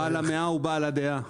בעל המאה הוא בעל הדעה.